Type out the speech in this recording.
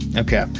okay,